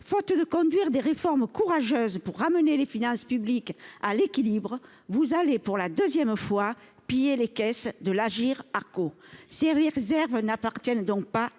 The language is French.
Faute de conduire des réformes courageuses pour ramener les finances publiques à l’équilibre, vous allez pour la seconde fois piller les caisses de l’Agirc-Arrco. Or ces réserves n’appartiennent pas à votre